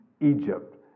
Egypt